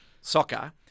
soccer